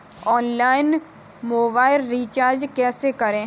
Online mobile recharge कैसे करें?